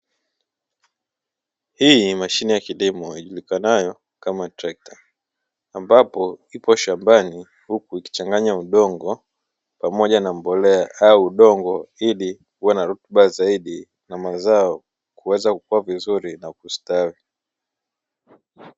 Hii ni mashine ya kilimo ijulikanayo kama trekta, ambapo ipo shambani huku ikichanganya udongo pamoja na mbolea au udongo ili uwe na rutuba zaidi na mazao kuweza kukua vizuri na kustawi.